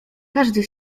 każdy